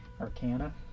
Arcana